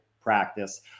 practice